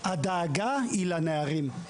הדאגה היא לנערים.